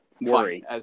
Worry